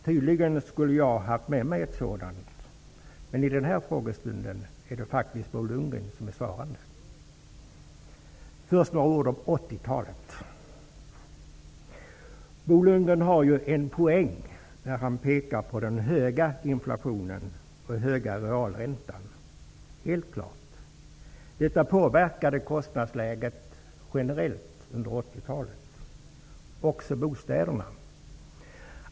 Jag skulle tydligen ha haft med mig ett svar, men vid den här frågestunden är det faktiskt Bo Lundgren som är svarande. Låt mig först säga några ord om 80-talet. Bo Lundgren har ju en poäng när han pekar på den höga inflationen och den höga realräntan. Det är helt klart. Detta påverkade kostnadsläget generellt under 80-talet, även bostäderna.